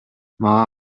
мага